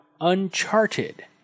Uncharted